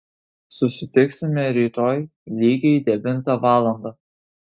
susitiksime rytoj lygiai devintą valandą